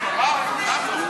דף גמרא.